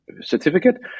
Certificate